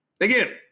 Again